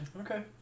Okay